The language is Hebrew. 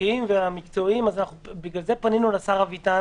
החוקיים והמקצועיים פנינו אל השר אביטן